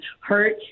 hurt